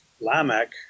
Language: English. Lamech